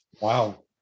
Wow